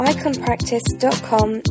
IconPractice.com